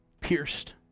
pierced